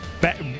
back